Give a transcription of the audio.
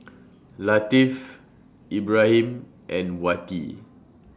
Latif Ibrahim and Wati